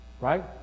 right